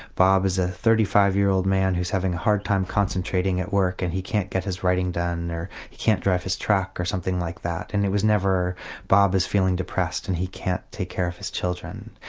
bob is a thirty five year old man who's having a hard time concentrating at work and he can't get his writing done, he can't drive his truck or something like that. and it was never bob is feeling depressed and he can't take care of his children.